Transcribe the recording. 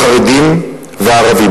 החרדים והערבים.